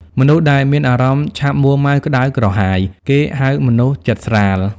មនុស្សដែលមានអារម្មណ៍ឆាប់មួរម៉ៅក្តៅក្រហាយ គេហៅមនុស្សចិត្តស្រាល ។